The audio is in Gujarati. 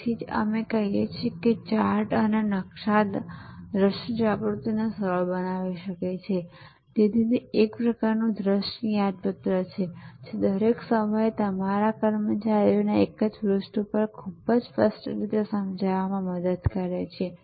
તેથી જ અમે કહીએ છીએ કે ચાર્ટ અને નકશો દ્રશ્ય જાગૃતિને સરળ બનાવી શકે છે તેથી તે એક પ્રકારનું દ્રશ્ય યાદપત્ર છે જે દરેક સમયે તમામ કર્મચારીઓને એક જ પૃષ્ઠ પર ખૂબ જ સ્પષ્ટ રીતે સમજવામાં મદદ કરે છે